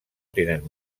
tenen